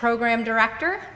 program director